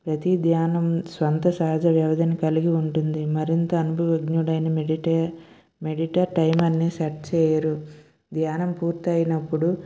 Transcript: ప్రతీ ధ్యానం సొంత సహజ వ్యవధిని కలిగి ఉంటుంది మరింత అనుభవజ్ఞుడైన మెడిట మెడిటర్ టైం ని సెర్చ్ చేయడు ధ్యానం పూర్తయినప్పుడు